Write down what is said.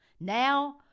Now